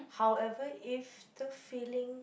however if the feeling